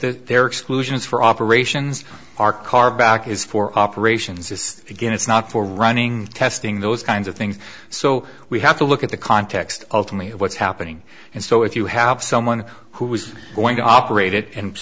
the their exclusions for operations are car back is for operations is again it's not for running testing those kinds of things so we have to look at the context ultimately what's happening and so if you have someone who is going to operate it and